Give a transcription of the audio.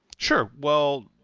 sure. well,